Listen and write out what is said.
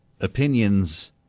opinions